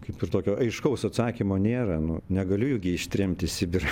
kaip ir tokio aiškaus atsakymo nėra nu negaliu jų gi ištremt į sibirą